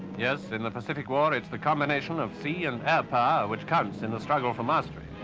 yes, in the pacific war, it's the combination of sea and air power which counts in the struggle for mastery.